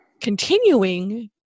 continuing